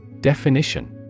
Definition